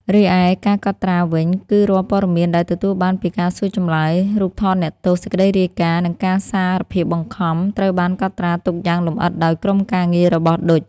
រីឯ ការកត់ត្រាវិញ គឺរាល់ព័ត៌មានដែលទទួលបានពីការសួរចម្លើយ រូបថតអ្នកទោស សេចក្តីរាយការណ៍ និងការសារភាពបង្ខំ ត្រូវបានកត់ត្រាទុកយ៉ាងលម្អិតដោយក្រុមការងាររបស់ឌុច។